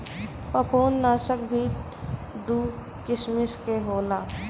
फंफूदनाशक भी दू किसिम के होला